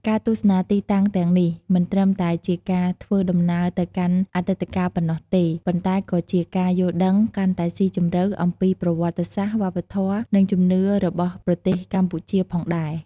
ការទស្សនាទីតាំងទាំងនេះ មិនត្រឹមតែជាការធ្វើដំណើរទៅកាន់អតីតកាលប៉ុណ្ណោះទេ ប៉ុន្តែក៏ជាការយល់ដឹងកាន់តែស៊ីជម្រៅអំពីប្រវត្តិសាស្ត្រ វប្បធម៌ និងជំនឿរបស់ប្រទេសកម្ពុជាផងដែរ។